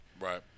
Right